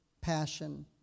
passion